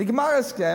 נגמר ההסכם,